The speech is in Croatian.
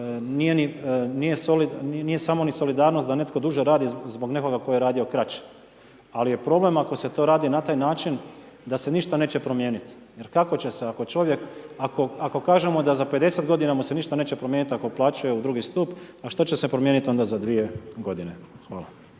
nije samo ni solidarnost da netko duže radi zbog nekoga tko je radio kraće. Ali je problem ako se to radi na taj način da se ništa neće promijeniti. Jer kako će se, ako čovjek, ako kažemo da za 50 godina mu se ništa neće promijeniti, ako uplaćuje u drugi stup a što će se promijeniti onda za 2 godine. Hvala.